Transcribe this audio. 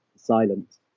silence